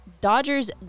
dodgers